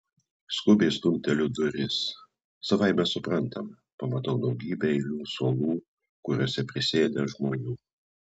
skubiai stumteliu duris savaime suprantama pamatau daugybę eilių suolų kuriuose prisėdę žmonių